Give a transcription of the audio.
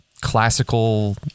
classical